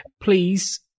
Please